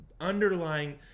underlying